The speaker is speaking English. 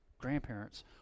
grandparents